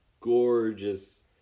gorgeous